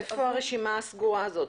מאיפה הרשימה הסגורה הזאת?